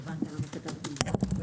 הישיבה ננעלה בשעה 11:43.